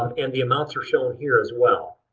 and the amounts are shown here as well.